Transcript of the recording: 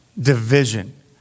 division